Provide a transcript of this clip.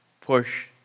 push